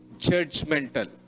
judgmental